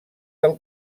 del